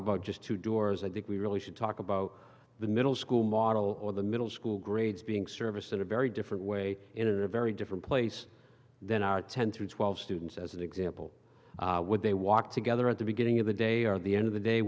about just two doors i think we really should talk about the middle school model or the middle school grades being serviced in a very different way in a very different place then are ten through twelve students as an example when they walk together at the beginning of the day or the end of the day